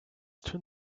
twin